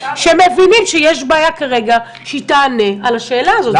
שמבינים שיש בעיה כרגע שהיא תענה על השאלה הזאת.